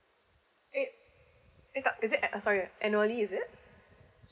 ee ee !tak! is it uh sorry annually is it